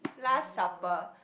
last supper